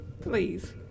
Please